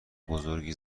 بزرگی